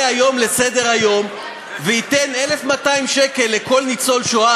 היום וייתן 1,200 שקל לכל ניצול שואה,